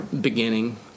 beginning